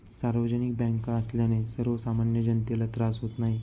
सार्वजनिक बँका असल्याने सर्वसामान्य जनतेला त्रास होत नाही